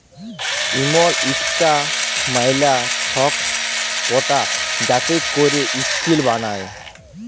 ইমল ইকটা ম্যালা ছট পকা যাতে ক্যরে সিল্ক বালাই